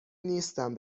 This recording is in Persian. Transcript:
نیستم